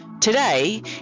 Today